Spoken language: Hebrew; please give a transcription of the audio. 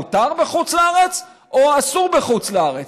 מותר בחוץ-לארץ או אסור בחוץ-לארץ?